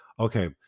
Okay